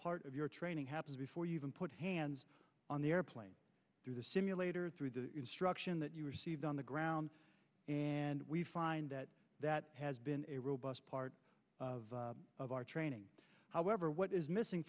part of your training happens before you even put hands on the airplane through the simulator through the instruction that you received on the ground and we find that that has been a robust part of of our training however what is missing